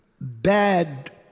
bad